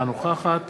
אינה נוכחת